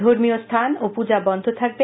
ধর্মীয় স্থান ও পৃজা বন্ধ থাকবে